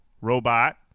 robot